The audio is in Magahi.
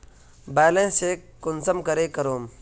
बैलेंस चेक कुंसम करे करूम?